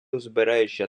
узбережжя